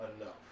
enough